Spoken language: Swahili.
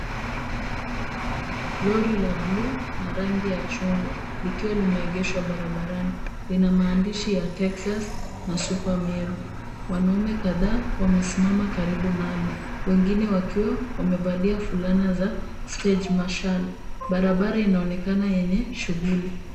Lori la buluu na rangi ya chungwa likiwa limeegeshwa barabarani. Lina maandishi ya Texas na super Meru. Wanaume kadhaa wamesimama karibu nalo wengine wakiwa wamevalia fulana za stage marshall . Barabara inaonekana yenye shughuli.